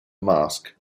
mask